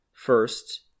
First